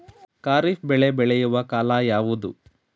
ಖಾರಿಫ್ ಬೆಳೆ ಬೆಳೆಯುವ ಕಾಲ ಯಾವುದು?